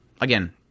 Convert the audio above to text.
again